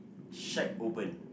shack open